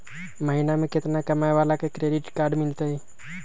महीना में केतना कमाय वाला के क्रेडिट कार्ड मिलतै?